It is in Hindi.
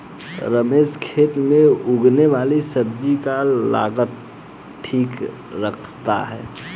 रमेश खेत में उगने वाली सब्जी की लागत ठीक रखता है